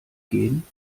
gehen